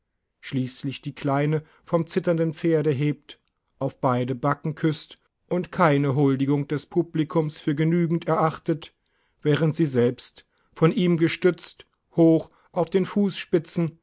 schließlich die kleine vom zitternden pferde hebt auf beide backen küßt und keine huldigung des publikums für genügend erachtet während sie selbst von ihm gestützt hoch auf den fußspitzen